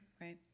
right